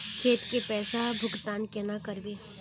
खेत के पैसा भुगतान केना करबे?